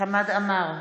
חמד עמאר,